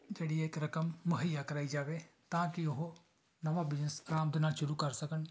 ਜਿਹੜੀ ਇੱਕ ਰਕਮ ਮੁਹੱਈਆ ਕਰਵਾਈ ਜਾਵੇ ਤਾਂ ਕਿ ਉਹ ਨਵਾਂ ਬਿਜ਼ਨਸ ਆਰਾਮ ਦੇ ਨਾਲ ਸ਼ੁਰੂ ਕਰ ਸਕਣ